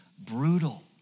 brutal